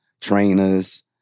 trainers